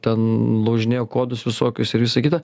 ten laužinėjo kodus visokius ir visa kita